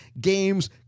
games